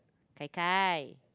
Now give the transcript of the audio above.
gai-gai